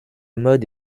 mode